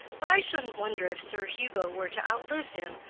but i shouldn't wonder if sir hugo were to outlive him,